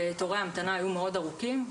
ותורי ההמתנה היו מאוד ארוכים,